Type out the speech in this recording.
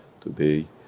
today